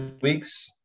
week's